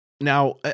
Now